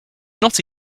not